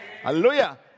Hallelujah